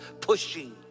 pushing